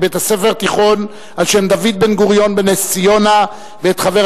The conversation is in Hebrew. מבית הספר התיכון על-שם דוד בן-גוריון בנס-ציונה ואת חבר